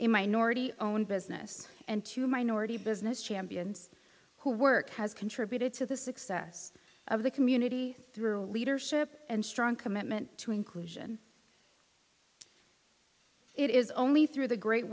a minority own business and two minority business champions who work has contributed to the success of the community through leadership and strong commitment to inclusion it is only through the great